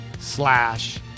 slash